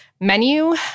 menu